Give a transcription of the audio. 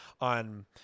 on